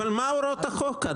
מה הוראות החוק כאן?